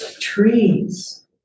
Trees